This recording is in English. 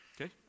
Okay